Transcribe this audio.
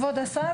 כבוד השר,